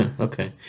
Okay